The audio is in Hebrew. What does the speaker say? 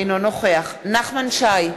אינו נוכח נחמן שי,